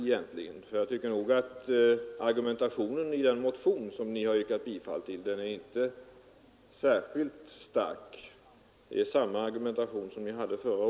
Jag tycker helt enkelt att argumentationen i den motion som Ni yrkat bifall till inte är särskilt stark.